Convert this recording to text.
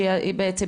שבעצם,